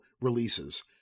releases